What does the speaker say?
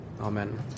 Amen